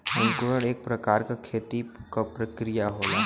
अंकुरण एक प्रकार क खेती क प्रक्रिया होला